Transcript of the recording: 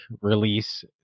release